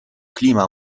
clima